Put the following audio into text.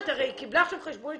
ראיתי מכבי ומאוחדת.